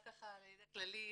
רק לידע כללי,